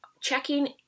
checking